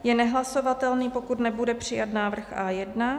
Je nehlasovatelný, pokud nebude přijat návrh A1;